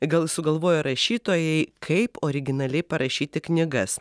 gal sugalvojo rašytojai kaip originaliai parašyti knygas